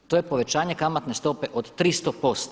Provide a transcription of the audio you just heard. To je povećanje kamatne stope od 300%